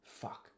fuck